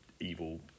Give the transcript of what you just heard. evil